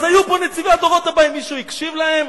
אז היו נציבי הדורות הבאים, מישהו הקשיב להם?